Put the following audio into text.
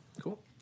Cool